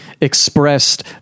Expressed